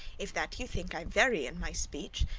if that ye think i vary in my speech,